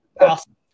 Awesome